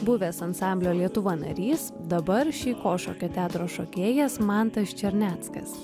buvęs ansamblio lietuva narys dabar šeiko šokio teatro šokėjas mantas černeckas